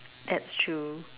that's true